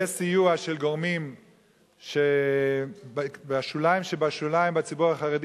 בסיוע של גורמים בשוליים שבשוליים בציבור החרדי